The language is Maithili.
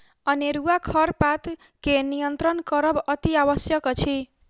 अनेरूआ खरपात के नियंत्रण करब अतिआवश्यक अछि